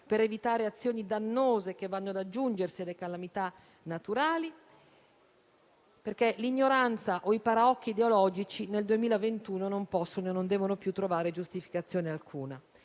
per evitare azioni dannose che vanno ad aggiungersi alle calamità naturali perché l'ignoranza o i paraocchi ideologici nel 2021 non possono e non devono più trovare giustificazione alcuna.